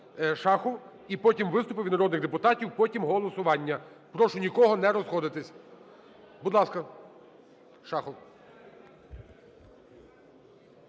Шахов. І потім виступи від народних депутатів, потім – голосування. Прошу нікого не розходитись. Будь ласка, Шахов.